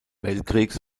weltkriegs